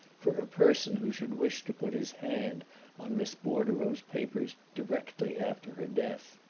for a person who should wish to put his hand on miss bordereau's papers directly after her death.